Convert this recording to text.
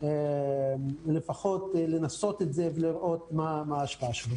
אפשר לפחות לנסות את זה ולראות מה ההשפעה שלו.